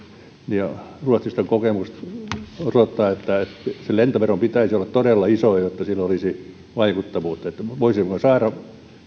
ja ruotsista kokemus osoittaa että sen lentoveron pitäisi olla todella iso jotta sillä olisi vaikuttavuutta voisimmeko saada